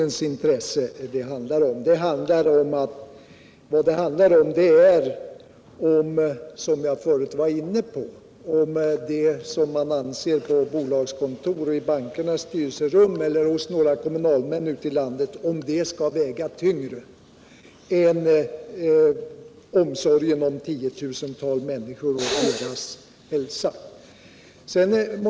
Nej, det gäller här om det man anser på bolagens kontor, i bankernas styrelserum eller bland några kommunalmän ute i landet skall väga tyngre än omsorgen om tiotusentals människor och deras hälsa.